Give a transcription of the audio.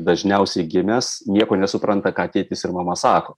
dažniausiai gimęs nieko nesupranta ką tėtis ir mama sako